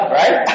right